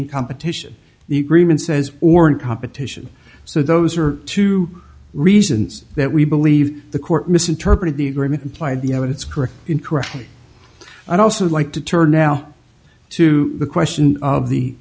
in competition the agreement says or in competition so those are two reasons that we believe the court misinterpreted the agreement implied the it's correct incorrect i'd also like to turn now to the question of the